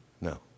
No